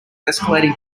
escalating